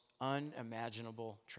unimaginable